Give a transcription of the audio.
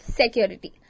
security